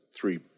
three